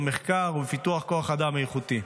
במחקר ובפיתוח כוח אדם איכותי.